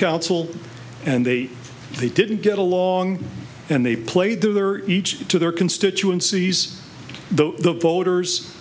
council and they they didn't get along and they played to their each to their constituencies the voters